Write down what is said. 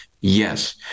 Yes